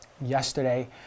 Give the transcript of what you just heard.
yesterday